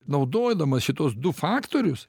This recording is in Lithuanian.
naudodamas šituos du faktorius